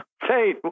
Hey